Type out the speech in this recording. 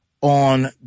on